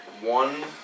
One